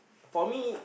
for me